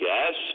Yes